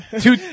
Two